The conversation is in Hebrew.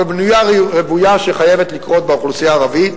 אבל בנייה רוויה שחייבת לקרות באוכלוסייה הערבית,